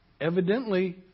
Evidently